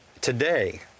Today